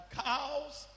cows